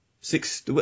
six